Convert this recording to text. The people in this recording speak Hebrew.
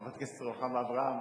חברת הכנסת רוחמה אברהם,